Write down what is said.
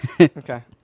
Okay